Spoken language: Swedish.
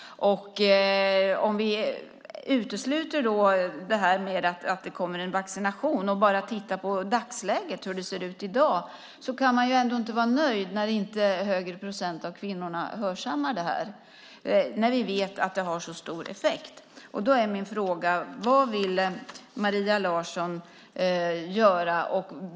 Om vi utesluter att det kommer en vaccination och bara tittar på dagsläget kan man inte vara nöjd när inte en högre procent av kvinnorna hörsammar det här och vi vet att det har så stor effekt. Vad vill Maria Larsson göra?